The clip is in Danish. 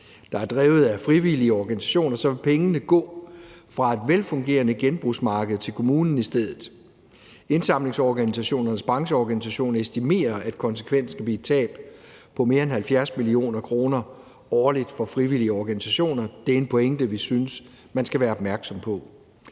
der er drevet af frivillige organisationer, så vil pengene gå fra et velfungerende genbrugsmarked til kommunen i stedet. Indsamlingsorganisationernes brancheorganisation estimerer, at konsekvensen kan blive et tab på mere end 70 mio. kr. årligt for frivillige organisationer. Det er en pointe, vi synes man skal være opmærksom på.